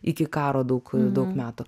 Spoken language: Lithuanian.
iki karo daug daug metų